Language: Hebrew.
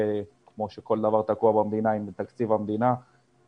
כמו שכל דבר תקוע במדינה עם תקציב המדינה,